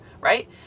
right